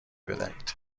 بدهید